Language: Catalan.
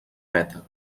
peta